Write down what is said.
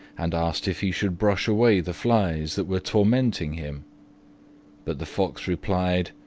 and asked if he should brush away the flies that were tormenting him but the fox replied,